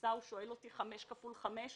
בקריסה הוא שאל אותי כמה זה 5 כפול 5,